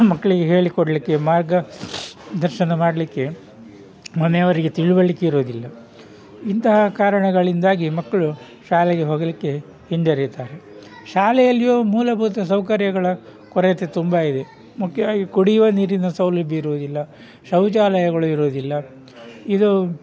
ಮಕ್ಕಳಿಗೆ ಹೇಳಿಕೊಡಲಿಕ್ಕೆ ಮಾರ್ಗ ದರ್ಶನ ಮಾಡಲಿಕ್ಕೆ ಮನೆಯವರಿಗೆ ತಿಳುವಳಿಕೆ ಇರೋದಿಲ್ಲ ಇಂತಹ ಕಾರಣಗಳಿಂದಾಗಿ ಮಕ್ಕಳು ಶಾಲೆಗೆ ಹೋಗಲಿಕ್ಕೆ ಹಿಂಜರಿಯುತಾರೆ ಶಾಲೆಯಲ್ಲಿಯೂ ಮೂಲಭೂತ ಸೌಕರ್ಯಗಳ ಕೊರತೆ ತುಂಬ ಇದೆ ಮುಖ್ಯವಾಗಿ ಕುಡಿಯುವ ನೀರಿನ ಸೌಲಭ್ಯ ಇರುವುದಿಲ್ಲ ಶೌಚಾಲಯಗಳು ಇರುವುದಿಲ್ಲ ಇದು